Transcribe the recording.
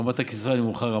ברמת הקצבה הנמוכה,